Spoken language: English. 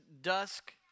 dusk